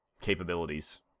capabilities